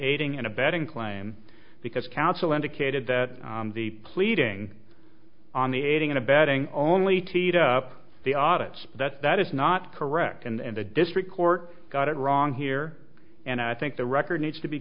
aiding and abetting claim because counsel indicated that the pleading on the aiding and abetting only teed up the audits that that is not correct and the district court got it wrong here and i think the record needs to be